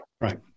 Right